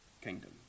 kingdom